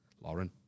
Lauren